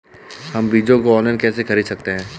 हम बीजों को ऑनलाइन कैसे खरीद सकते हैं?